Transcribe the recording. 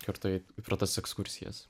kartu eit pro tas ekskursijas